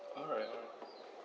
alright alright